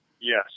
Yes